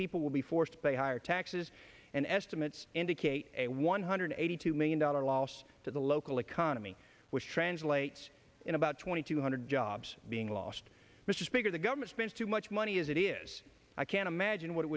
people will be forced by higher taxes and estimates indicate a one hundred eighty two million dollar loss to the local economy which translates in about twenty two hundred jobs being lost mr speaker the government spends too much money as it is i can't imagine what it